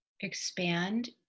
expand